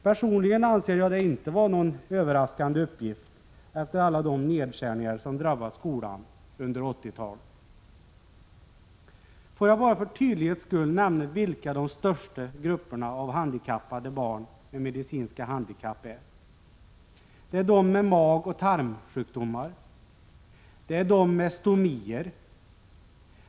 Personligen anser jag det inte vara någon överraskande uppgift, efter alla de nedskärningar som drabbat skolan under 80-talet. Jag vill bara för tydlighetens skull nämna vilka de största grupperna av de handikappade barnen med medicinska handikapp är: Det är de med magoch tarmsjukdomar. Det är de med stomier.